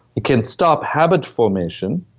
it can stop habit formation.